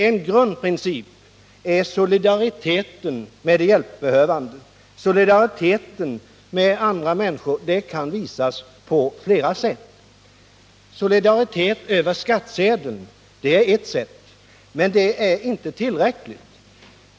En grundprincip är solidariteten med de hjälpbehövande. Solidaritet med andra människor kan visas på flera sätt. Solidaritet över skattsedeln är ett sätt. Men detta är inte tillräckligt.